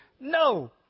no